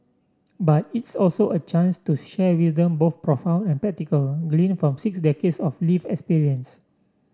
but it's also a chance to share wisdom both profound and practical gleaned from six decades of lived experience